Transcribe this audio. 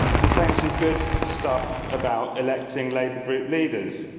contains and good stuff about electing labour group leaders.